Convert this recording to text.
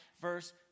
verse